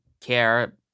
care